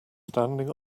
standing